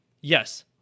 Yes